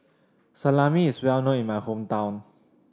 salami is well known in my hometown